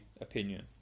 opinion